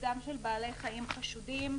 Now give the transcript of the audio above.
בידודם של בעלי חיים חשודים.